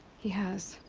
he has.